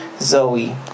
Zoe